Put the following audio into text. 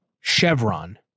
chevron